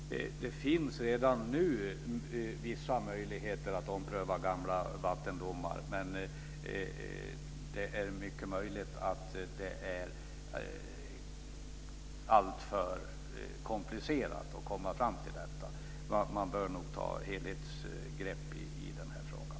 Fru talman! Det finns redan nu vissa möjligheter att ompröva gamla vattendomar, men det är möjligt att det är alltför komplicerat att komma fram till det. Man bör nog ta ett helhetsgrepp i den här frågan.